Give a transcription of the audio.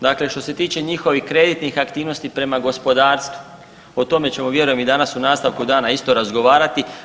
Dakle, što se tiče njihovih kreditnih aktivnosti prema gospodarstvu o tome ćemo vjerujem i danas u nastavku dana isto razgovarati.